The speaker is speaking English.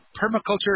Permaculture